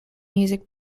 music